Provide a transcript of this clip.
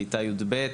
כתה י"ב,